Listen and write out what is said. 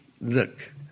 look